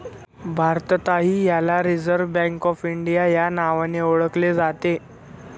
भारतातही याला Reserve Bank of India या नावाने ओळखले जाते